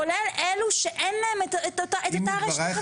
כולל אלו שאין להם את אותה רשת חברתית.